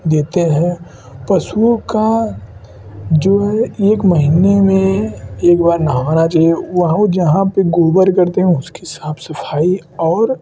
देते हैं पशुओं का जो है एक महीने में एक बार नहाना चाहिए वहु जहाँ पर गोबर करते हैं उसकी साफ़ सफाई और